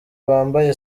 bambaye